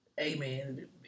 Amen